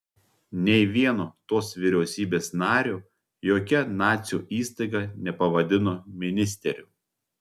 nei vieno tos vyriausybės nario jokia nacių įstaiga nepavadino ministeriu